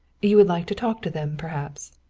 you would like to talk to them perhaps.